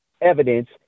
evidence